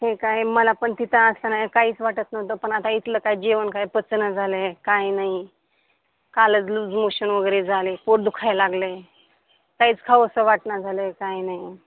हे काय मलापण तिथं असलं ना काहीच वाटत नव्हतं पण आता इथलं काय जेवण काय पचन झालं काय नाही कालच लूज मोशन वगैरे झाले पोट दुखायला लागले काहीच खाऊ असं वाटत नाही झालं आहे काय नाही